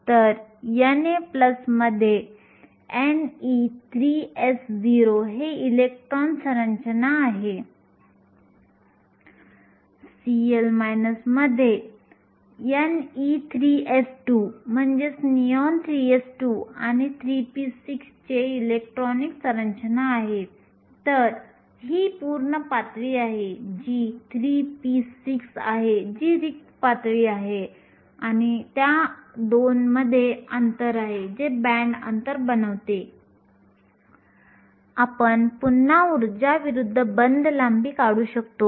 तर जर τe आणि τh जास्त असतील म्हणजे दोन विखुरलेल्या घटनांमधील वेळ जास्त असेल तर इलेक्ट्रॉन विखुरण्याआधी मोठ्या अंतराने प्रवास करू शकतात